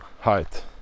height